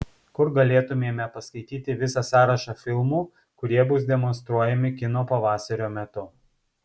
kur galėtumėme paskaityti visą sąrašą filmų kurie bus demonstruojami kino pavasario metu